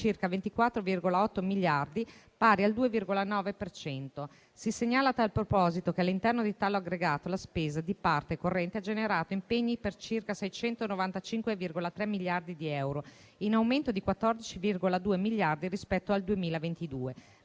circa 24,8 miliardi, pari al 2,9 per cento. Si segnala, a tal proposito, che all'interno di tale aggregato la spesa di parte corrente ha generato impegni per circa 695,3 miliardi di euro, in aumento di 14,2 miliardi rispetto al 2022;